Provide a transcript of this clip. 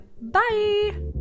Bye